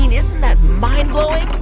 mean, isn't that mind blowing?